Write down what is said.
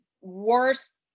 worst